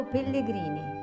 Pellegrini